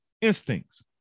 instincts